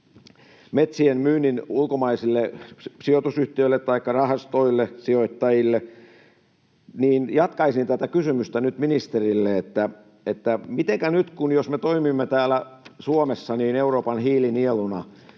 metsien myynnin ulkomaisille sijoitusyhtiöille taikka rahastoille, sijoittajille. Jatkaisin nyt tätä kysymystä ministerille: Jos me toimimme täällä Suomessa Euroopan hiilinieluna,